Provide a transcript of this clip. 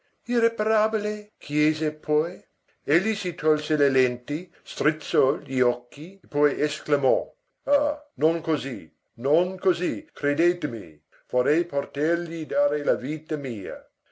irreparabile chiese poi egli si tolse le lenti strizzò gli occhi poi esclamò ah non così non così credetemi vorrei potergli dare la mia